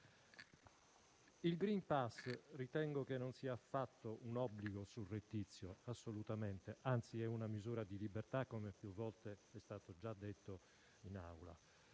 il *green pass* non sia affatto un obbligo surrettizio, assolutamente; anzi è una misura di libertà, come più volte è stato già detto in Aula,